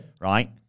Right